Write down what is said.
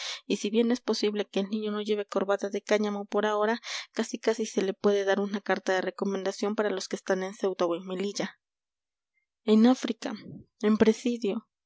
y si bien es posible que el niño no lleve corbata de cáñamo por ahora casi casi se le puede dar una carta de recomendación para los que están en ceuta o en melilla en áfrica en presidio